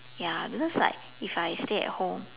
ya because like if I stay at home